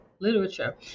literature